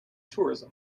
tourism